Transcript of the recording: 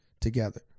together